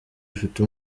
ufite